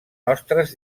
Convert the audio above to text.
nostres